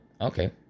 okay